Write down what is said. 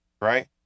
right